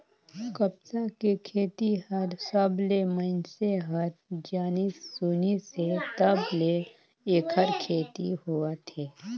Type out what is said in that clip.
कपसा के खेती हर सबलें मइनसे हर जानिस सुनिस हे तब ले ऐखर खेती होवत हे